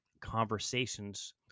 conversations